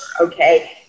okay